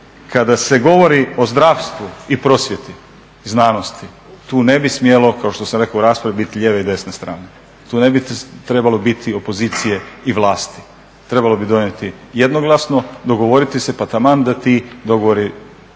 Kada se govori o zdravstvu, prosvjeti, znanosti tu ne bi smjelo kao što sam rekao u raspravi biti lijeve i desne strane, tu ne bi trebalo biti opozicije i vlasti. Trebalo bi donijeti jednoglasno, dogovoriti se pa taman da ti dogovori